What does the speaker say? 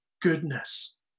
goodness